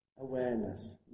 awareness